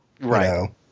Right